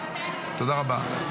תודה רבה.